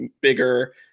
bigger